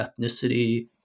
ethnicity